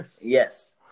Yes